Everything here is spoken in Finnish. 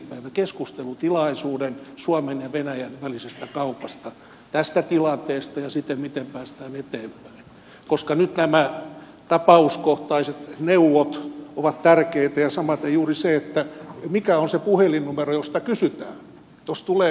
päivä keskustelutilaisuuden suomen ja venäjän välisestä kaupasta tästä tilanteesta ja siitä miten päästään eteenpäin koska nyt nämä tapauskohtaiset neuvot ovat tärkeitä samaten juuri se mikä on se puhelinnumero josta kysytään jos tulee näitä ongelmia